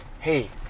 hey